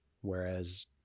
Whereas